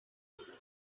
hunger